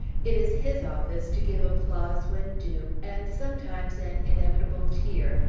it is his office to give applause when due, and sometimes an inevitable tear,